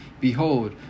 Behold